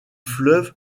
fleuve